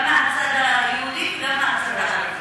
גם מהצד היהודי וגם מהצד הערבי.